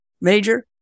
major